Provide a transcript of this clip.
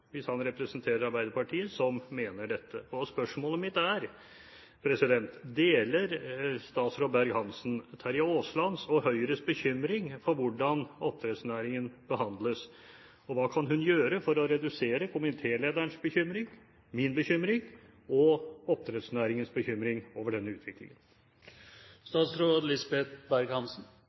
hvis han representerer Arbeiderpartiet – som mener dette. Spørsmålet mitt er: Deler statsråd Berg-Hansen Terje Aaslands og Høyres bekymring for hvordan oppdrettsnæringen behandles, og hva kan hun gjøre for å redusere komitélederens bekymring, min bekymring og oppdrettsnæringens bekymring over denne utviklingen?